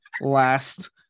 last